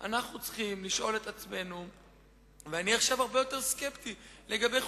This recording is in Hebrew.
עכשיו נשאלת השאלה מדוע.